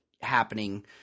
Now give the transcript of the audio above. happening